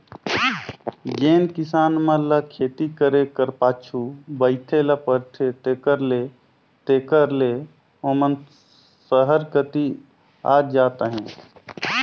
जेन किसान मन ल खेती करे कर पाछू बइठे ले परथे तेकर ले तेकर ले ओमन सहर कती आत जात अहें